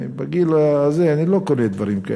בגיל הזה אני לא קונה דברים כאלה.